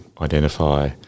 identify